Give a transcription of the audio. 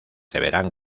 deberán